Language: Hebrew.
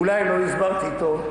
אולי לא הסברתי טוב,